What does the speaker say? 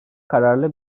kararlı